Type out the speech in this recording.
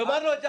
-- סיימנו.